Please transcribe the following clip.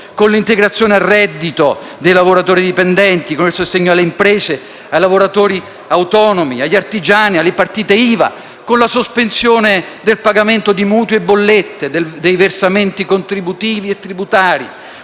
con l'integrazione al reddito dei lavoratori dipendenti; il sostegno alle imprese, ai lavoratori autonomi, agli artigiani e alle partite IVA; la sospensione del pagamento di mutui e bollette; i versamenti contributivi e tributari;